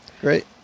Great